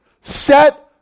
Set